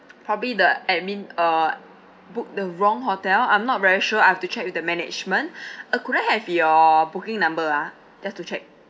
probably the admin uh booked the wrong hotel I'm not very sure I have to check with the management uh could I have your booking number ah just to check